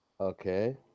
Okay